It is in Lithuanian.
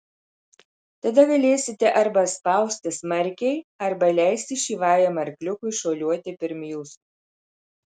tada galėsite arba spausti smarkiai arba leisti šyvajam arkliukui šuoliuoti pirm jūsų